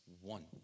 One